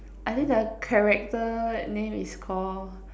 I think the character name is Called